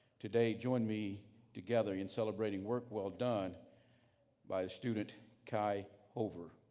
today join me together in celebrating work well done by a student kye hoover